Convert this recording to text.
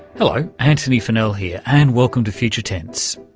hello antony funnell here, and welcome to future tense.